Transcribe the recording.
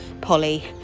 Polly